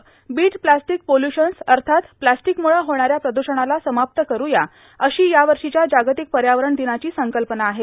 bit plastic pollutions अर्थात प्लास्टीकमुळं होणाऱ्या प्रद्रषणाता समाप्त करू या अशी यावर्षीच्या जागतिक पर्यावरण दिनाची संकल्पना आहे